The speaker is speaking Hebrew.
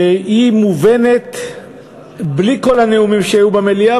שהיא מובנת בלי כל הנאומים שהיו במליאה,